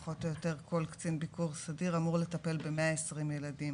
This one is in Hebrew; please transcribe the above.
פחות או יותר כל קצין ביקור סדיר אמור לטפל ב-120 ילדים